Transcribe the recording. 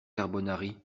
carbonari